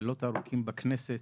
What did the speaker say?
בלילות הארוכים בכנסת,